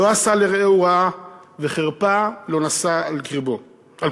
לא עשה לרעהו רעה וחרפה לא נשא על קרֹבו.